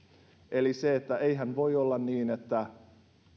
eli se että eihän voi olla niin että